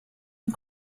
and